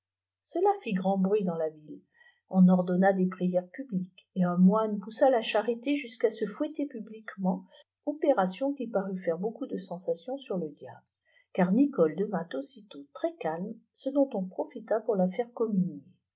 cela fit grand bruit dans la ville on ordonna des prières publiques et un moine poussa la charité jusqu'à se fouetter publisuement opération qui parut faire beaucoup de sensation sur le iable car nicole devint aussitôt très calme ce dont on profita pour la faire communier